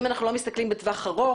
אם אנחנו לא מסתכלים בטווח ארוך,